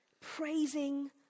Praising